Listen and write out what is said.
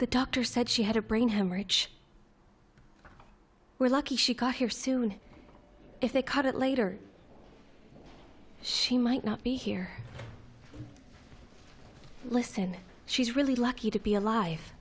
the doctor said she had a brain haemorrhage we're lucky she got here soon if they cut it later she might not be here listen she's really lucky to be a li